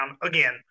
again